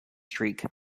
streak